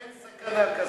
אין סכנה כזאת.